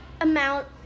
amount